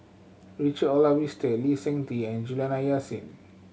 Richard Olaf Winstedt Lee Seng Tee and Juliana Yasin